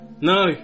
No